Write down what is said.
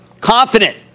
Confident